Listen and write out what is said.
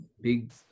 big